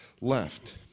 left